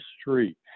street